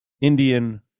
Indian